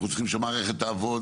אנחנו רוצים שהמערכת תעבוד,